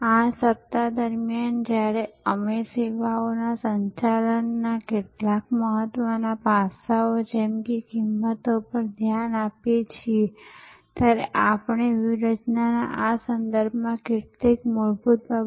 અલબત્ત કેટલીકવાર આપણે એવા સ્થાન પર ચોક્કસ સેવા વિતરણ બિંદુ પણ શોધી શકીએ છીએ જ્યાં ઈન્ફ્રાસ્ટ્રક્ચર અને સંસાધનો ઉપલબ્ધ હોય